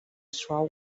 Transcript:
suau